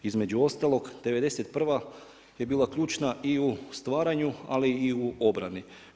Između ostalog '91. je bila ključna i u stvaranju, ali i u obrani.